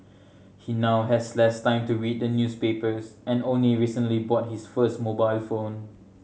he now has less time to read the newspapers and only recently bought his first mobile phone